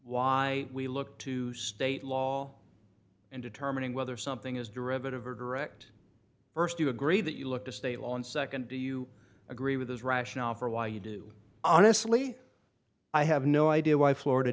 why we look to state law in determining whether something is derivative or direct st you agree that you look to state law and nd do you agree with his rationale for why you do honestly i have no idea why florida